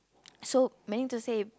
so mean to save